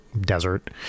desert